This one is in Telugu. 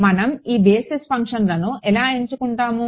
మనం ఈ బేసిస్ ఫంక్షన్లను ఎలా ఎంచుకుంటాము